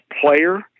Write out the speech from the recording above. player